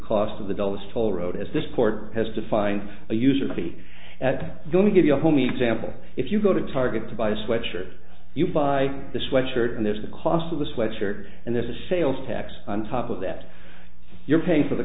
cost of the dulles toll road as this court has to find a user fee at the we give you a homey example if you go to target to buy a sweatshirt you buy the sweatshirt and there's the cost of the sweatshirt and there's a sales tax on top of that you're paying for the